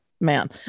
man